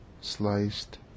sliced